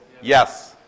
Yes